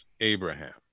Abraham